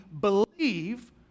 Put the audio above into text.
believe